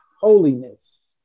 holiness